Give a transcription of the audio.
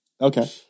Okay